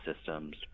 systems